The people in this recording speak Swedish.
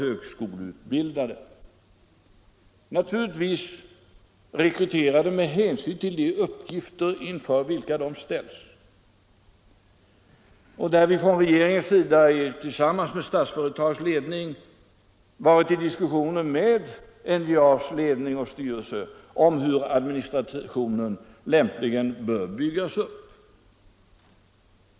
Dessa är naturligtvis rekryterade med hänsyn till de uppgifter inför vilka de ställs. Vi har från regeringens sida tillsammans med ledningen för Statsföretag haft diskussioner med NJA:s ledning och styrelse om hur administrationen lämpligen bör byggas upp.